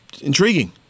intriguing